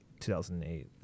2008